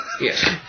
Yes